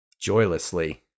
joylessly